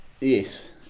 Yes